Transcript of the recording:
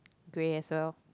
grey as well